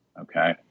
okay